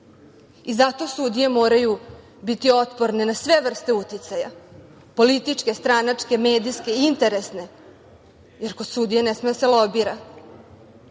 otac. Zato sudije moraju biti otporne na sve vrste uticaja, političke, stranačke, medijske i interesne, jer kod sudije ne sme da se lobira.